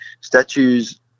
Statues